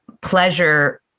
pleasure